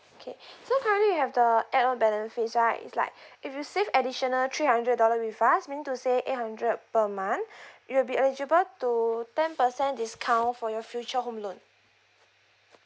okay so currently we have the add on benefits right is like if you save additional three hundred dollar with us meaning to say eight hundred per month you'll be eligible to ten percent discount for your future home loan